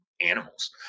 animals